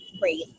great